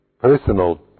personal